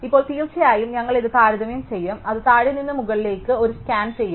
ഇപ്പോൾ തീർച്ചയായും ഞങ്ങൾ ഇത് താരതമ്യം ചെയ്യും അത് താഴെ നിന്ന് മുകളിലേക്ക് ഒരു സ്കാൻ ചെയ്യും